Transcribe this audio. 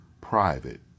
private